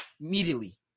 immediately